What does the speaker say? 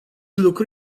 lucru